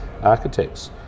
Architects